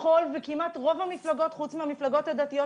ברוב המפלגות,